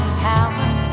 power